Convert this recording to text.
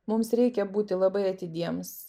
mums reikia būti labai atidiems